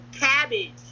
Cabbage